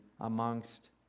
amongst